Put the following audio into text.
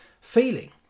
feeling